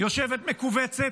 יושבת מכווצת,